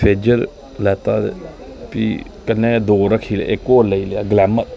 feature लैता ते फ्ही कन्नै गै दो रक्खी ले इक होर लेई लेआ ग्लैमर